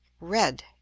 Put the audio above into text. Red